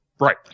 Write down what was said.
Right